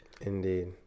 indeed